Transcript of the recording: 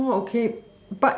okay